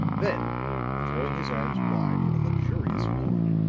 then throwing his arms wide in a luxurious yawn,